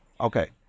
Okay